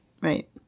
Right